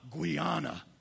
Guyana